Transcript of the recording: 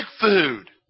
food